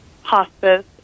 hospice